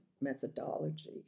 methodology